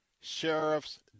sheriff's